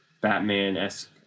Batman-esque